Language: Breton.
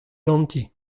ganti